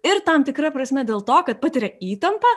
ir tam tikra prasme dėl to kad patiria įtampą